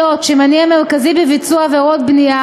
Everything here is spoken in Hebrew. היות שמניע מרכזי בביצוע עבירות בנייה